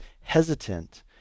hesitant